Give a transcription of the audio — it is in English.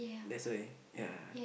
that's why ya